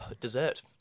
dessert